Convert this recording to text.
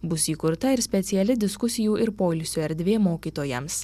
bus įkurta ir speciali diskusijų ir poilsio erdvė mokytojams